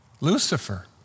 Lucifer